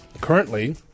Currently